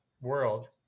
world